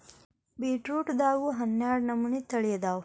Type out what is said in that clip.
ಬೇಟ್ರೂಟದಾಗು ಹನ್ನಾಡ ನಮನಿ ತಳಿ ಅದಾವ